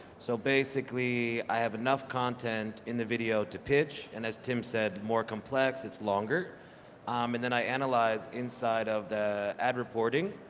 so basically, i have enough content in the video to pitch and as tim said, the more complex, it's longer and then i analyze inside of the ad reporting,